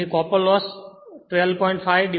તેથી copper loss 12